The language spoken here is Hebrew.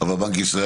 אבל בנק ישראל,